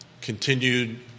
continued